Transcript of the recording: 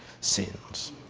sins